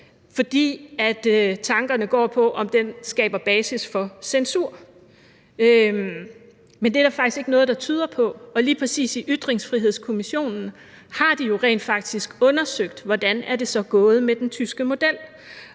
fordi tankerne går på, om den skaber basis for censur. Men det er der faktisk ikke noget der tyder på, og lige præcis i Ytringsfrihedskommissionen har de jo rent faktisk undersøgt, hvordan det så er gået med den tyske model.